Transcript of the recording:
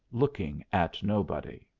looking at nobody.